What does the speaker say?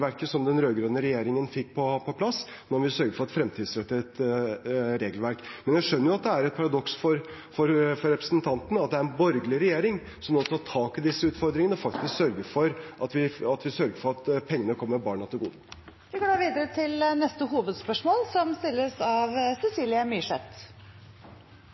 som den rød-grønne regjeringen fikk på plass. Nå må vi sørge for et fremtidsrettet regelverk. Men jeg skjønner at det er et paradoks for representanten at det er en borgerlig regjering som nå tar tak i disse utfordringene og faktisk sørger for at pengene kommer barna til gode. Vi går da videre til neste hovedspørsmål.